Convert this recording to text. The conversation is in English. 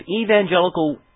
evangelical